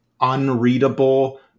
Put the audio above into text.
unreadable